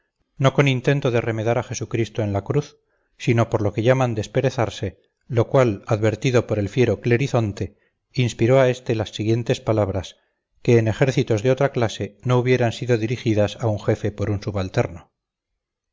no con intento de remedar a jesucristo en la cruz sino por lo que llaman desperezarse lo cual advertido por el fiero clerizonte inspiró a éste las siguientes palabras que en ejércitos de otra clase no hubieran sido dirigidas a un jefe por un subalterno